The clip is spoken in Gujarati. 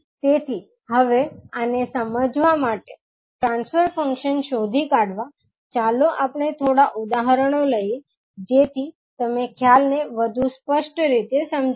તેથી હવે આને સમજવા માટે ટ્રાંસ્ફર ફંક્શન શોધી કાઢવા ચાલો આપણે થોડા ઉદાહરણો લઈએ જેથી તમે ખ્યાલને વધુ સ્પષ્ટ રીતે સમજી શકો